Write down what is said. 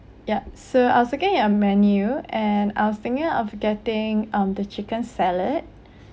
yeah so I was looking at your menu and I was thinking of getting um the chicken salad